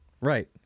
Right